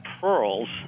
pearls